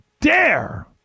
dare